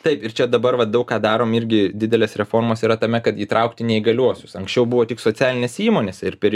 taip ir čia dabar vat daug ką darom irgi didelės reformos yra tame kad įtraukti neįgaliuosius anksčiau buvo tik socialinės įmonės ir per